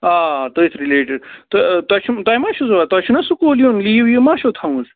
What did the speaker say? آ تٔتھۍ رِلیٹِڈ تہٕ تۄہہِ تۄہہِ ما چھُو تۄہہِ چھُنہ سُکوٗل یُن لیٖو ویٖو ما چھُو تھٲمٕژ